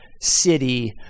city